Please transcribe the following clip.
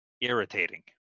irritating